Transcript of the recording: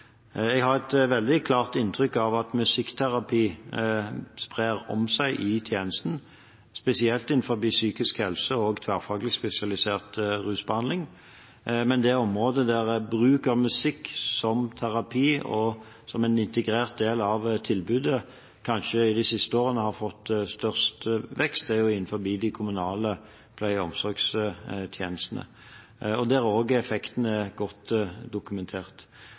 Jeg har et veldig klart inntrykk av at musikkterapi brer om seg i tjenesten, spesielt innenfor psykisk helse og tverrfaglig spesialisert rusbehandling. Men det området der bruk av musikk som terapi og som en integrert del av tilbudet de siste årene kanskje har fått størst vekst, er innenfor de kommunale pleie- og omsorgstjenestene. Der er effektene også godt dokumentert.